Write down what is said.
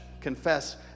confess